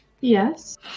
Yes